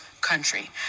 country